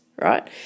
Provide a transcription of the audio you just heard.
right